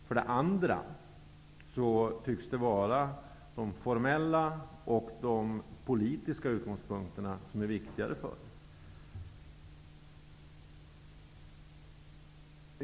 För det andra tycks det vara de formella och politiska utgångspunkterna som är viktigare för er.